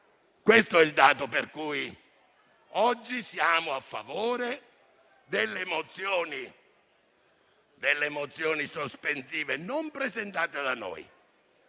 Questo è il dato per cui oggi siamo a favore delle questioni sospensive presentate non